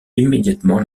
immédiatement